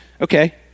Okay